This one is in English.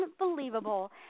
Unbelievable